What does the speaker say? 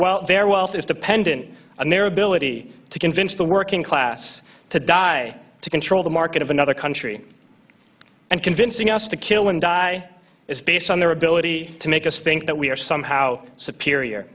their wealth is dependent on their ability to convince the working class to die to control the market of another country and convincing us to kill and die is based on their ability to make us think that we are somehow superior